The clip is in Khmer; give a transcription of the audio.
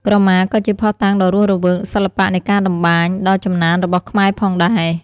ក្រមាក៏ជាភស្តុតាងដ៏រស់រវើកនៃ សិល្បៈនៃការតម្បាញ ដ៏ចំណានរបស់ខ្មែរផងដែរ។